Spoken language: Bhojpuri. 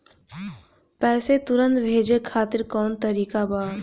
पैसे तुरंत भेजे खातिर कौन तरीका बा?